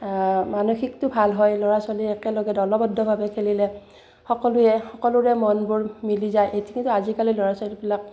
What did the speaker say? মানসিকটো ভাল হয় ল'ৰা ছোৱালী একেলগে দলবদ্ধভাৱে খেলিলে সকলোৱে সকলোৰে মনবোৰ মিলি যায় এতিয়া কিন্তু আজিকালি ল'ৰা ছোৱালীবিলাক